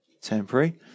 temporary